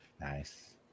Nice